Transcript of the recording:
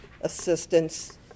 assistance